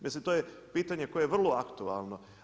Mislim to je pitanje koje je vrlo aktualno.